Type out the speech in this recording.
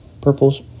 purples